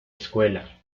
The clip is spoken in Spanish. escuela